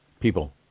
people